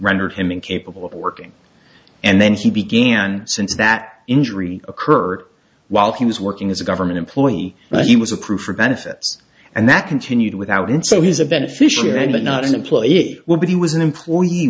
rendered him incapable of working and then he began since that injury occurred while he was working as a government employee but he was approved for benefits and that continued without him so he's a beneficiary but not an employee would he was an employee